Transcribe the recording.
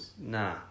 Nah